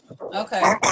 Okay